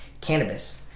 cannabis